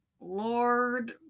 lord